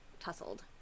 tussled